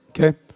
okay